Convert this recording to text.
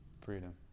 freedom